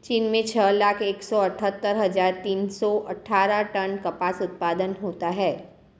चीन में छह लाख एक सौ अठत्तर हजार तीन सौ अट्ठारह टन कपास उत्पादन होता है